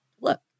look